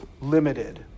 limited